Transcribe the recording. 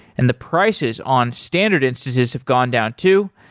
and the prices on standard instances have gone down too.